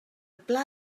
pla